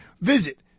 Visit